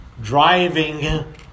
driving